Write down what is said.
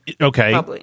Okay